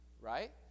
right